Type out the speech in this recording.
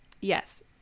Yes